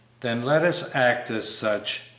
then let us act as such,